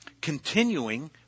continuing